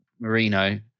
Marino